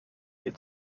ihr